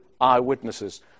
eyewitnesses